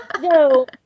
No